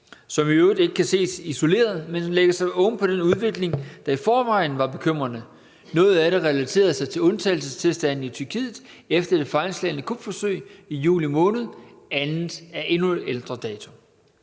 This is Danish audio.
som i øvrigt ikke kan ses isoleret, men som lægger sig oven på den udvikling, der i forvejen var bekymrende. Noget af det relaterede sig til undtagelsestilstanden i Tyrkiet efter det fejlslagne kupforsøg i juni måned, andet er af endnu ældre dato.